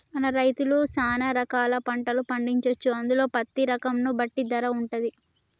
మన రైతులు సాన రకాల పంటలు పండించొచ్చు అందులో పత్తి రకం ను బట్టి ధర వుంటది